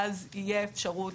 ואז יהיה אפשרות